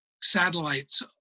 satellites